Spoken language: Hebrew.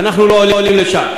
אנחנו לא עולים לשם.